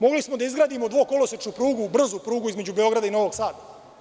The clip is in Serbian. Mogli smo da izgradimo dvokolosečnu prugu, brzu prugu između Beograda i Novog Sada.